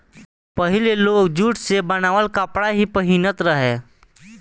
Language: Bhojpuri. पहिले लोग जुट से बनावल कपड़ा ही पहिनत रहे